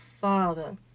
Father